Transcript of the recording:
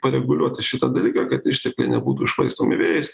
pareguliuoti šitą dalyką kad ištekliai nebūtų švaistomi vėjais